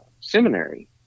seminary